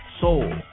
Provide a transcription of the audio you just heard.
soul